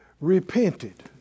repented